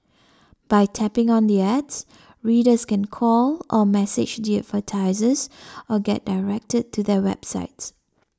by tapping on the ads readers can call or message the advertisers or get directed to their websites